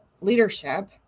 leadership